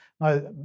Now